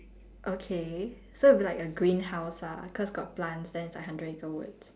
okay so it'd be like a green house ah cause got plants then it's like hundred acre woods